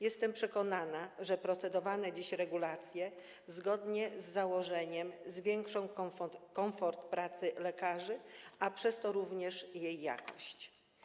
Jestem przekonana, że procedowane dziś regulacje zgodnie z założeniem zwiększą komfort pracy lekarzy, a przez to poprawią również jej jakość.